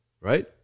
right